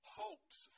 hopes